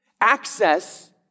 access